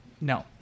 no